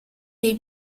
dei